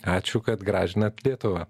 ačiū kad gražinat lietuvą